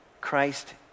Christ